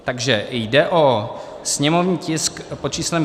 Takže jde o sněmovní tisk pod číslem 5739.